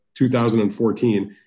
2014